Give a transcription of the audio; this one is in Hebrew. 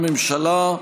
הממשלה,